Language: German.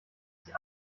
sie